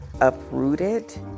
uprooted